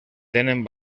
tenen